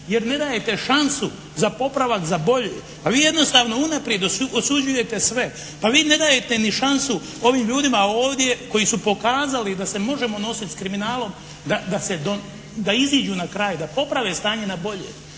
jer ne dajete šansu za popravak, za bolje. Pa vi jednostavno unaprijed osuđujete sve. Pa vi ne dajete ni šansu ovim ljudima ovdje koji su pokazali da se možemo nositi s kriminalom, da iziđu na kraj, da poprave stanje na bolje,